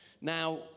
Now